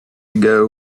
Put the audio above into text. ago